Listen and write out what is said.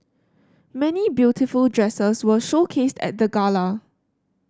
many beautiful dresses were showcased at the gala